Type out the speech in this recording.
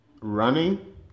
running